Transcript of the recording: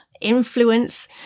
influence